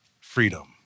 freedom